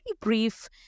brief